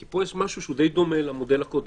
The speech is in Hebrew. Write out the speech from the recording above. כי פה יש משהו שהוא די דומה למודל הקודם,